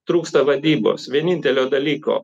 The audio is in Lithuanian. trūksta vadybos vienintelio dalyko